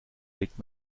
legt